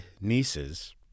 nieces